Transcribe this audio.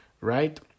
right